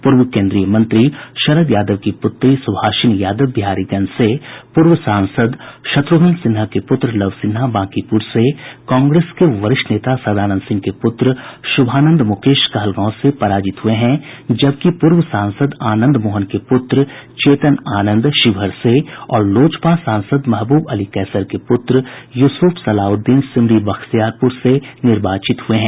पूर्व केन्द्र मंत्री शरद यादव की पुत्री सुभाषिनी यादव बिहारीगंज से पूर्व सांसद शत्र्घ्न सिन्हा के पुत्र लव सिन्हा बांकीपुर से कांग्रेस के वरिष्ठ नेता सदानंद सिंह के पुत्र शुभानंद मुकेश कहलगांव से पराजित हुये हैं जबकि पूर्व सांसद आनंद मोहन के पुत्र चेतन आनंद शिवहर से और लोजपा सांसद महबूब अली केसर के पुत्र युसुफ सलाउद्दीन सिमरी बख्तियारपुर से निर्वाचित हुये हैं